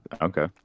okay